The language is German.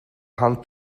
hand